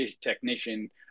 technician